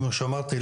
כמו שאמרתי,